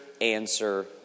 answer